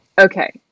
Okay